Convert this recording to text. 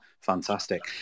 Fantastic